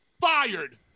fired